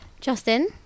Justin